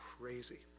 crazy